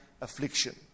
affliction